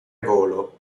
volo